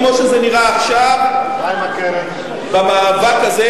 כמו שזה נראה עכשיו במאבק הזה,